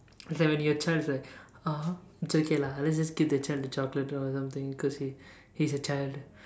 it's like when you are a child is like !aww! is okay lah let's just give the child the chocolate or something cause he's he's a child